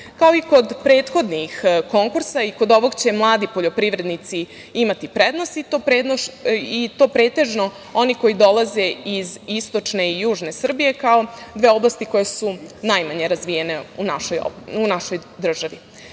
i kod prethodnih konkursa i kod ovog će mladi poljoprivrednici imati prednost i to pretežno oni koji dolaze iz istočne i južne Srbije, kao dve oblasti koje su najmanje razvijene u našoj državi. Cilj